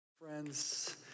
Friends